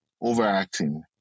Overacting